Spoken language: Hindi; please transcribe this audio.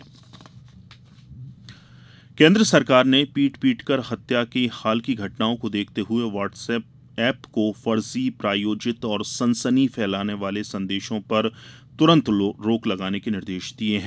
व्हाट्स ऐप केन्द्र ने पीट पीट कर हत्या की हाल की घटनाओं को देखते हुए व्हाट्स ऐप को फर्जी प्रायोजित और सनसनी फैलाने वाले संदेशों पर तुरन्त रोक लगाने का निर्देश दिया है